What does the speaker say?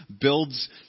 builds